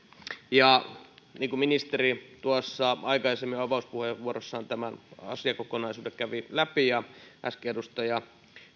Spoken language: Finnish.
ministeri aikaisemmin avauspuheenvuorossaan tämän asiakokonaisuuden kävi läpi ja äsken myös edustaja